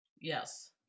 Yes